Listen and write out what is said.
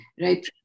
right